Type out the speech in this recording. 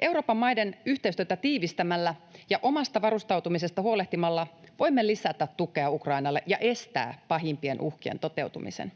Euroopan maiden yhteistyötä tiivistämällä ja omasta varustautumisesta huolehtimalla voimme lisätä tukea Ukrainalle ja estää pahimpien uhkien toteutumisen.